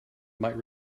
might